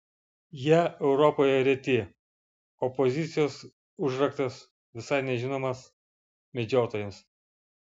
jie europoje reti o pozicijos užraktas visai nežinomas medžiotojams